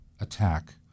attack